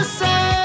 say